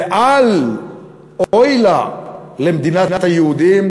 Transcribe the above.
ואוי לה למדינת היהודים,